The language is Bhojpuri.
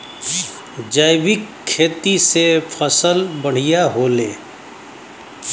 जैविक खेती से फसल बढ़िया होले